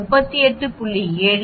2 38